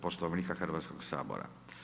Poslovnika Hrvatskoga sabora.